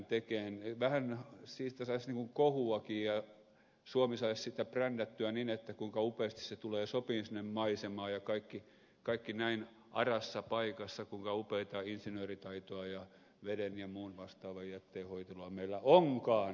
siitä saisi vähän niin kuin kohuakin ja suomi saisi sitä brändättyä kuinka upeasti se tulee sopimaan sinne maisemaan ja kaikki näin arassa paikassa kuinka upeaa insinööritaitoa ja veden ja muun vastaavan jätteen hoitelua meillä onkaan